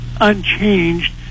unchanged